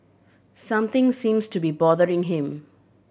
something seems to be bothering him